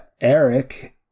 Eric